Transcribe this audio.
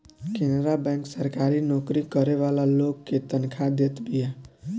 Canara bank सरकारी नोकरी करे वाला लोग के तनखा देत बिया